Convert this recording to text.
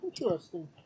interesting